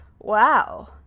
Wow